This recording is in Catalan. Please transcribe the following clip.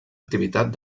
activitat